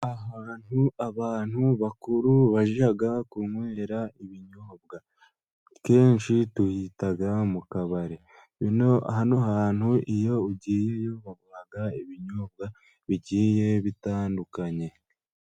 Ahantu abantu bakuru bajya kunywera ibinyobwa akenshi tuhita mu kabari, hano hantu iyo ugiyeyo baguha ibinyobwa bigiye bitandukanye.